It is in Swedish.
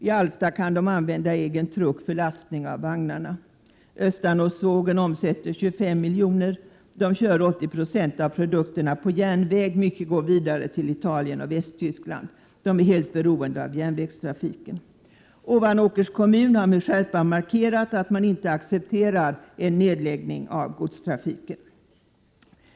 I Alfta kan man använda egen truck för lastning av vagnarna. Östanåsågen omsätter 25 miljoner. 80 96 av produkterna transporteras på järnväg. En stor del av produkterna går vidare till Italien och Västtyskland. Företaget är helt beroende av järnvägstrafiken. Ovanåkers kommun har med skärpa markerat att man inte accepterar en nedläggning av godstrafiken.